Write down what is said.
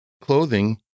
clothing